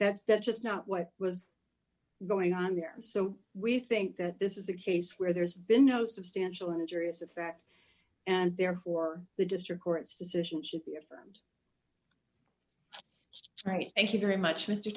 that that's just not what was going on there so we think that this is a case where there's been no substantial injurious effect and therefore the district court's decision should be affirmed just right thank you very much m